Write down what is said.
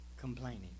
complaining